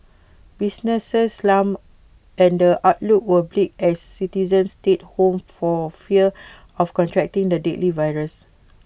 businesses slumped and A outlook was bleak as citizens stayed home for fear of contracting the deadly virus